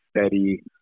steady